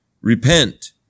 repent